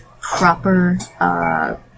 proper